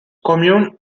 commune